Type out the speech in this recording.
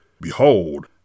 Behold